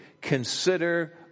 consider